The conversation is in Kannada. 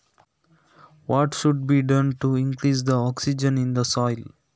ಮಣ್ಣಿನಲ್ಲಿ ಆಮ್ಲಜನಕವನ್ನು ಹೆಚ್ಚು ಮಾಡಲು ಎಂತ ಮಾಡಬೇಕು?